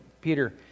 Peter